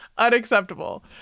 Unacceptable